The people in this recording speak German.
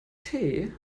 tee